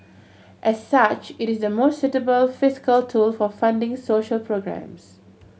as such it is the most suitable fiscal tool for funding social programmes